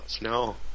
no